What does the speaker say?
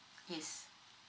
yes